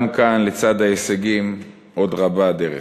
גם כאן, לצד ההישגים, עוד רבה הדרך.